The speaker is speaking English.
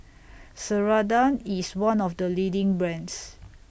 Ceradan IS one of The leading brands